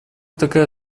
такая